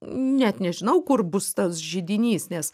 net nežinau kur bus tas židinys nes